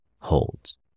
holds